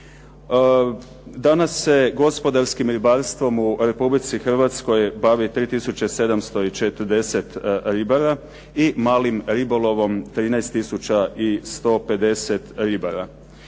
Danas se gospodarskim ribarstvom u Republici Hrvatskoj bavi 3740 ribara i malim ribolovom 13 tisuća